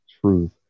truth